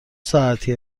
ساعتی